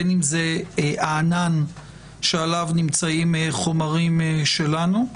בין אם זה הענן שעליו נמצאים החומרים שלנו,